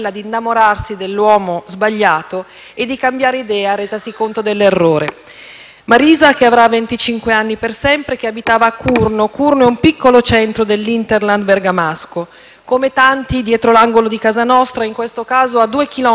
Marisa che avrà venticinque anni per sempre e che abitava a Curno. Curno è un piccolo centro dell'*hinterland* bergamasco come tanti, dietro l'angolo di casa nostra, in questo caso a due chilometri da casa mia, nella civile e ordinata Lombardia, non a un milione di chilometri da noi,